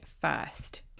first